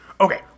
Okay